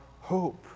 hope